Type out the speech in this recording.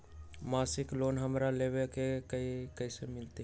मासिक लोन हमरा लेवे के हई कैसे मिलत?